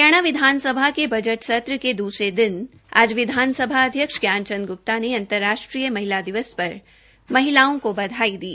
हरियाणा विधानसभा के बजट सत्र के दूसरे दिन आज विधानसभा अध्यक्ष ज्ञान चंद ग्रप्ता ने अंतर्राष्ट्रीय महिला दिवस पर महिलाओं को बधाई दी